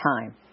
time